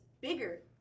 bigger